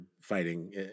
fighting